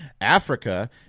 Africa